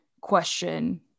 question